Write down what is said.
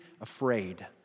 afraid